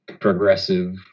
progressive